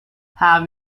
have